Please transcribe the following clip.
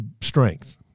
strength